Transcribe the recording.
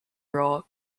role